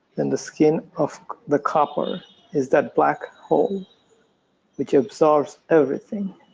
then the skin of the copper is that black hole which absorbs everything.